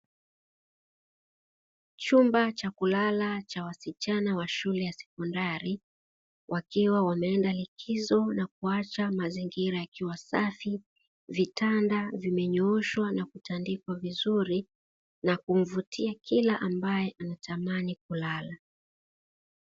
Chumba cha kulala cha wasichana wa shule ya sekondari wakiwa wameenda likizo na kuacha mazingira yakiwa safi, vitanda vimenyooshwa na kutandikwa vizuri na kumvutia kila ambaye anatamani kulala.